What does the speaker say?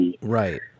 Right